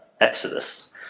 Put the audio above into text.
Exodus